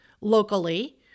locally